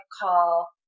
call